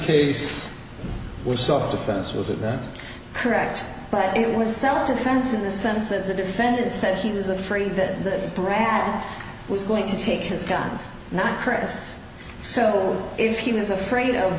case was self defense was a correct but it was self defense in the sense that the defendant said he was afraid that brat was going to take his gun not chris so if he was afraid of